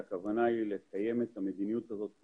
הכוונה היא ליישם את המדיניות הזו גם